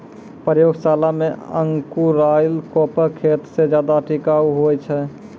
प्रयोगशाला मे अंकुराएल कोपल खेत मे ज्यादा टिकाऊ हुवै छै